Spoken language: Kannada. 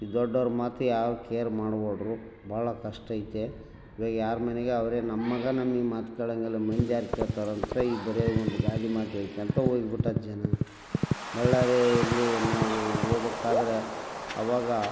ದೊಡ್ಡವ್ರ ಮಾತು ಯಾರು ಕೇರ್ ಮಾಡವಲ್ರು ಭಾಳ ಕಷ್ಟ ಐತೆ ಇವಾಗ ಯಾರ ಮನೆಗೆ ಅವರೆ ನಮ್ಮ ಮಗ ನಮ್ಮ ಮಾತು ಕೇಳೋಂಗಿಲ್ಲ ಮಂದ್ಯಾರು ಕೇಳ್ತಾರಂತ ಈ ಬರೆ ಒಂದು ಗಾದೆ ಮಾತು ಹೇಳಿಕೊಂತ ಹೋಗ್ಬಿಟ್ಟತ್ ಜನ ಬಳ್ಳಾರಿಯಲ್ಲಿ ನಾವು ಹೋಗ್ಬೇಕಾದ್ರೆ ಅವಾಗ